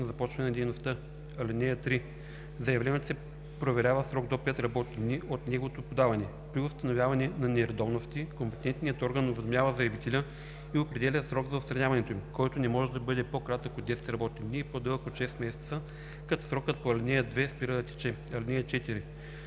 започване на дейността. (3) Заявлението се проверява в срок до 5 работни дни от неговото подаване. При установяване на нередовности компетентният орган уведомява заявителя и определя срок за отстраняването им, който не може да бъде по-кратък от 10 работни дни и по-дълъг от 6 месеца, като срокът по ал. 2 спира да тече. (4)